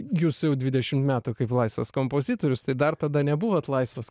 jūs jau dvidešim metų kaip laisvas kompozitorius tai dar tada nebuvot laisvas